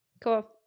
cool